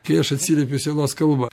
kai aš atsiliepiu sielos kalba